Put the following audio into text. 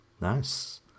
nice